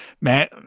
Man